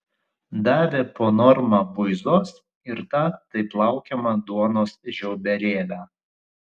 davė po normą buizos ir tą taip laukiamą duonos žiauberėlę